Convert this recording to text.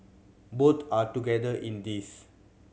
both are together in this